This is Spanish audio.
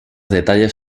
detalles